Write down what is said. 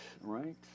right